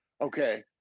Okay